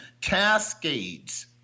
cascades